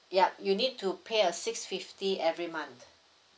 yup you need to pay a six fifty every month